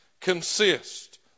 consist